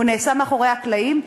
הוא נעשה מאחורי הקלעים.